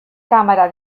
kamera